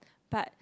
but